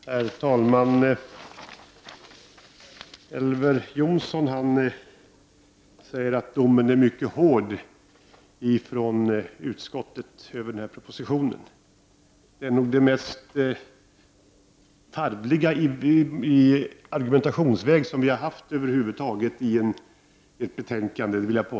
Herr talman! Elver Jonsson säger att utskottets dom över propositionen är mycket hård. Jag vill påstå att det är det mest tarvliga i argumentationsväg som har förekommit i ett utskottsbetänkande.